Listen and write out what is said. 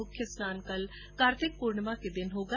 मुख्य स्नान कल कार्तिक पूर्णिमा के दिन होगा